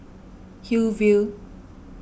Hillview